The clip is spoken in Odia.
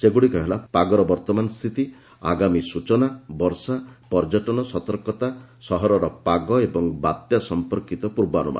ସେଗୁଡ଼ିକ ହେଲା ପାଗର ବର୍ତ୍ତମାନ ସ୍ଥିତି ଆଗାମୀ ସ୍ଚଚନା ବର୍ଷା ପର୍ଯ୍ୟଟନ ସତର୍କତା ସହରର ପାଗ ଏବଂ ବାତ୍ୟା ସମ୍ପର୍କିତ ପୂର୍ବାନୁମାନ